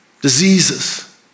diseases